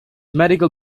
medical